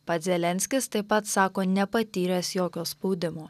pats zelenskis taip pat sako nepatyręs jokio spaudimo